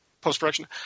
post-production